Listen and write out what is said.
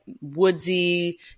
woodsy